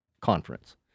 Conference